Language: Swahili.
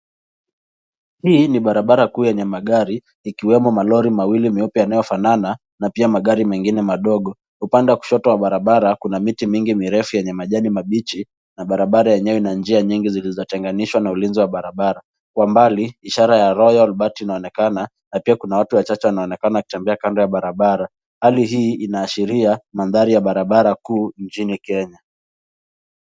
Hii ni barabara kuu ya yenye gari ikiwemo malori mawili meupe yanayofanana na pia magari mengine madogo. Upande wa kushoto wa barabara kuna miti mingi mirefu yenye majani mabichi na barabara yenyewe na njia nyingi zilizotenganishwa na ulinzi wa barabara. Kwa mbali ishara ya royal bati inaonekana na pia kuna watu wachache wanaonekana wakitembea kando ya barabara. Hali hii inaashiria mandhari ya barabara kuu nchini Kenya.